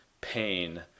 pain